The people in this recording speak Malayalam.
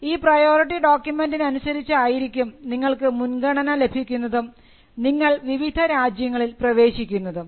ഈ പ്രയോറിറ്റി ഡോക്യുമെൻറിനനുസരിച്ചായിരിക്കും നിങ്ങൾക്ക് മുൻഗണന ലഭിക്കുന്നതും നിങ്ങൾ വിവിധ രാജ്യങ്ങളിൽ പ്രവേശിക്കുന്നതും